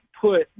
put